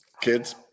Kids